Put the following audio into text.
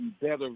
better